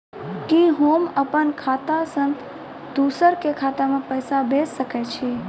कि होम अपन खाता सं दूसर के खाता मे पैसा भेज सकै छी?